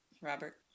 Robert